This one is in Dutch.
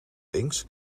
links